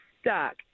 stuck